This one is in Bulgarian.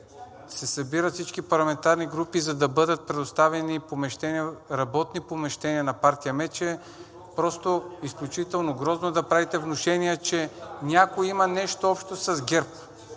се събират всички парламентарни групи, за да бъдат предоставени работни помещения на партия МЕЧ, просто е изключително грозно да правите внушения, че някой има нещо общо с ГЕРБ.